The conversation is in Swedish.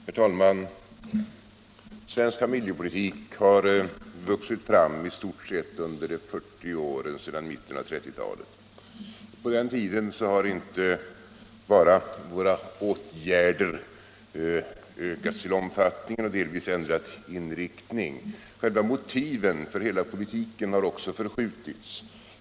Herr talman! Svensk familjepolitik har vuxit fram i stort sett under 40 år sedan mitten av 1930-talet. Under den tiden har inte bara våra åtgärder ökat i omfattning och delvis ändrat inriktning; själva motiven för hela politiken har också förskjutits.